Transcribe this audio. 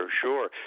Sure